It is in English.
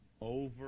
over